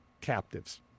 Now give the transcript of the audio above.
captives